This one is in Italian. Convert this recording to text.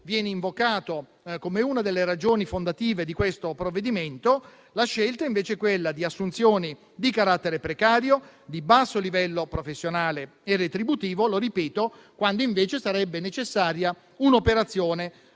viene invocato come una delle ragioni fondative di questo provvedimento, la scelta è quella di assunzioni di carattere precario, di basso livello professionale e retributivo - lo ripeto - quando invece sarebbe necessaria un'operazione